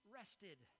rested